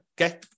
Okay